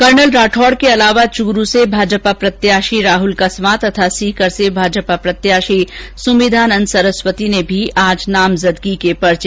colonel Rathore के अलावा चुरू से भाजपा प्रत्याषी राहुल कस्वां तथा सीकर से भाजपा प्रत्याषी सुमेधानंद सरस्वती ने भी आज नामांकन भरे